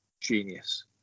genius